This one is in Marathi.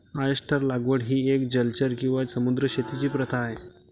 ऑयस्टर लागवड ही एक जलचर किंवा समुद्री शेतीची प्रथा आहे